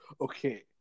Okay